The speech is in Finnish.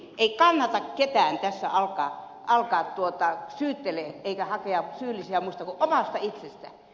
ei kannata ketään tässä alkaa syyttelemään eikä hakea syyllisiä muista kuin omasta itsestä